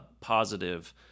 positive